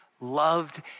loved